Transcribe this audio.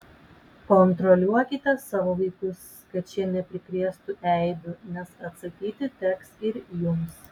kontroliuokite savo vaikus kad šie neprikrėstų eibių nes atsakyti teks ir jums